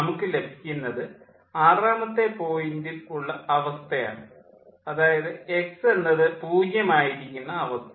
നമുക്ക് ലഭിക്കുന്നത് ആറാമത്തെ പോയിൻ്റിൽ ഉള്ള അവസ്ഥ ആണ് അതായത് എക്സ് എന്നത് പൂജ്യം ആയിരിക്കുന്ന അവസ്ഥ